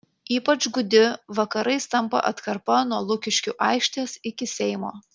ypač gūdi vakarais tampa atkarpa nuo lukiškių aikštės iki seimo